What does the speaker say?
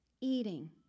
eating